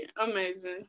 amazing